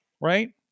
right